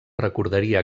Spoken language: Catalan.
recordaria